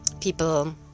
people